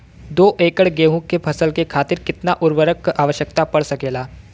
दो एकड़ गेहूँ के फसल के खातीर कितना उर्वरक क आवश्यकता पड़ सकेल?